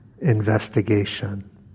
investigation